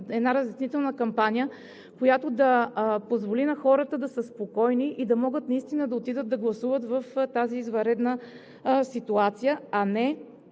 широка разяснителна кампания, която да позволи на хората да са спокойни и да могат да отидат да гласуват в тази извънредна ситуация, а не